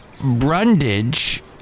Brundage